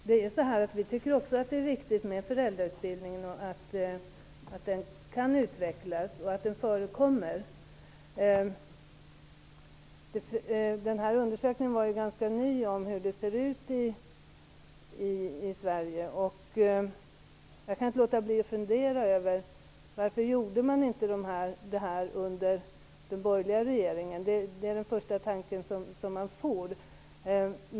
Fru talman! Vi tycker också att det är viktigt att föräldrautbildning förekommer och att den kan utvecklas. Undersökningen om hur det ser ut i Sverige är ganska ny. Jag kan inte låta bli att fundera över varför man inte gjorde allt detta under den borgerliga regeringen. Det är den första tanke man får.